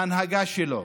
ההנהגה שלו,